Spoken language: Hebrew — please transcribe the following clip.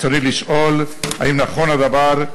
רצוני לשאול: 1. האם נכון הדבר?